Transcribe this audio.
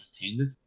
attended